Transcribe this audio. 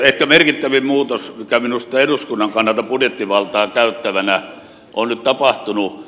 ehkä merkittävin muutos joka minusta eduskunnan kannalta budjettivaltaa käyttävänä on nyt tapahtunut